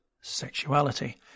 sexuality